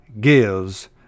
gives